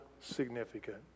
significant